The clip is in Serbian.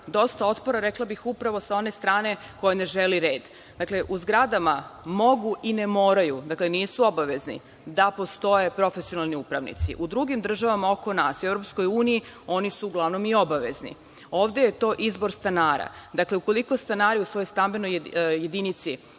dosta otpora, rekla bih, upravo sa one strane koja ne želi red. Dakle, u zgradama mogu i ne moraju, dakle, nisu obavezni da postoje profesionalni upravnici. U drugim državama oko nas i u EU oni su uglavnom obavezni. Ovde je to izbor stanara. Dakle, ukoliko stanari u svojoj stambenoj jedinici